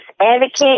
advocate